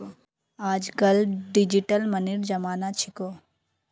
आजकल डिजिटल मनीर जमाना छिको